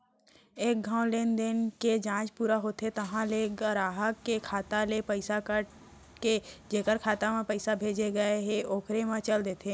एक घौं लेनदेन के जांच पूरा होथे तहॉं ले गराहक के खाता ले पइसा कट के जेकर खाता म पइसा भेजे गए हे ओकर म चल देथे